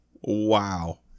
Wow